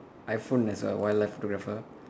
iPhone as a wildlife photographer